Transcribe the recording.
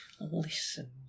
Listen